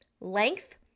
length